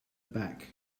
back